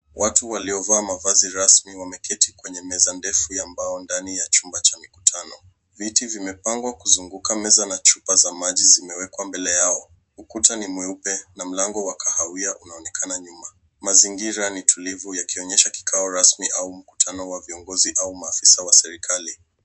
Watu waliovaa mavazi rasmi wameketi kwenye meza ndefu ya mbao ndani ya chumba cha mikutano. Viti vimepangwa kuzunguka meza na chupa za maji zimewekwa mbele yao. Ukuta ni mweupe, na mlango wa kahawia unaonekana nyuma. Mazingira ni tulivu yakionyesha kikao rasmi au makutano na viongozi au maafisa wa serikali.